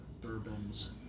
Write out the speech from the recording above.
bourbons